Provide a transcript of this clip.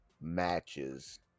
matches